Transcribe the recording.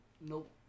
Nope